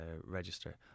register